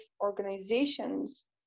organizations